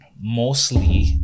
mostly